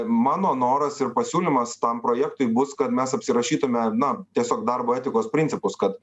mano noras ir pasiūlymas tam projektui bus kad mes apsirašytume na tiesiog darbo etikos principus kad